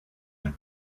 and